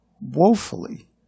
woefully